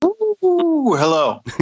Hello